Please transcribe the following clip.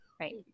Right